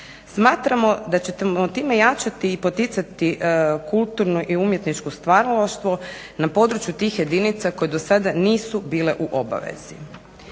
Smatramo da ćemo time ojačati i poticati kulturno i umjetničko stvaralaštvo na području tih jedinica koje dosada nisu bile u obavezi.